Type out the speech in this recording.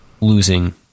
losing